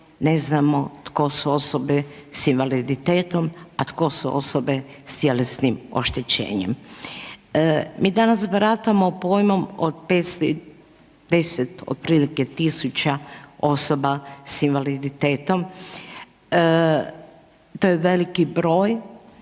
ne znamo tko su osobe sa invaliditetom a tko su osobe sa tjelesnim oštećenjem. Mi danas baratamo pojmom od 510 otprilike tisuća osoba sa invaliditetom, to je veliki broj